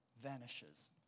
vanishes